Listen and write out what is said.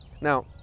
Now